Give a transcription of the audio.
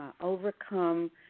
overcome